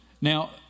Now